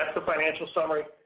the financial summary.